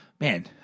Man